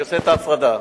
אני עושה את ההפרדה.